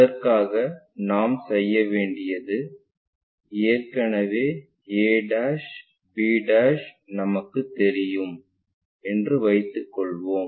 அதற்காக நாம் செய்ய வேண்டியது ஏற்கனவே a b நமக்குத் தெரியும் என்று வைத்துக் கொள்வோம்